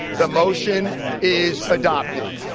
the motion is adopted